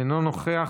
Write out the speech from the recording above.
אינו נוכח.